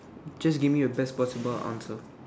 just give me a best possible answer